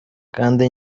kandi